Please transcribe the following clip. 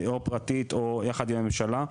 תקדם חקיקה או פרטית או יחד עם הממשלה,